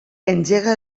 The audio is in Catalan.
engega